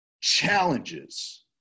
challenges